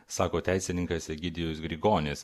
sako teisininkas egidijus grigonis